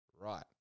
Right